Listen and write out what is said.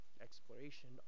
exploration